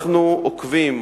אנחנו עוקבים,